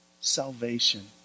salvation